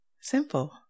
simple